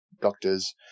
doctors